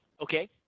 okay